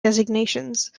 designations